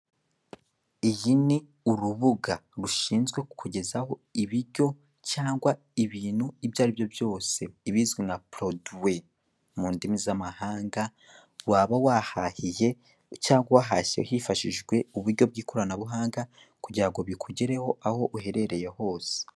Iyi ni urubuga rushinzwe kukugezaho ibiryo cyangwa ibintu ibyo aribyo byose ibizwi nka poroduwi mu ndimi z'amahanga, waba wahahiye cyangwa wahashye hifashishijwe uburyo bw'ikoranabuhanga kugira ngo bikugereho aho uherereye hose.